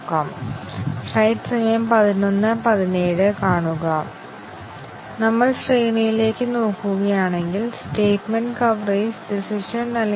നമ്മൾ അതിനെക്കുറിച്ച് ചിന്തിക്കുകയാണെങ്കിൽ ഒന്നിലധികം കണ്ടീഷൻ കവറേജ് എല്ലാത്തിലും ശക്തമാണ്